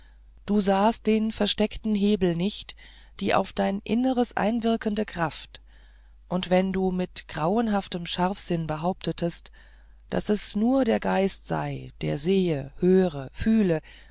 du sahst den versteckten hebel nicht die auf dein inneres einwirkende kraft und wenn du mit grauenhaftem scharfsinn behauptetest daß es nur der geist sei der sehe höre fühle